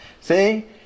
See